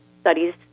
studies